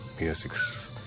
music's